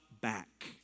back